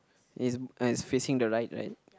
is and is like facing the right right